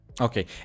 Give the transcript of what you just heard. Okay